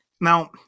Now